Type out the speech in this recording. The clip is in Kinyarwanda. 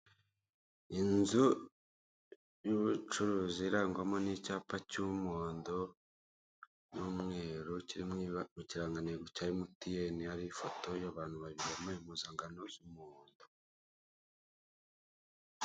Inzu y'ubucuruzi irangwamo n'icyapa cy'umuhondo n'umweru mu kiranga ntego cya emutiyeni hariho ifoto y'abantu babiri bambaye impuzankano z'umuhondo.